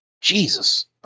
Jesus